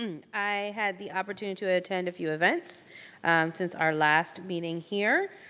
and i had the opportunity to attend a few events since our last meeting here.